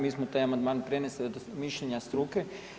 Mi smo taj amandman prenesli iz mišljenja struke.